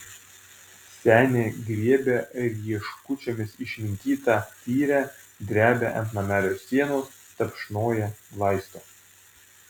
senė griebia rieškučiomis išminkytą tyrę drebia ant namelio sienos tapšnoja glaisto